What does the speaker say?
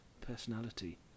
personality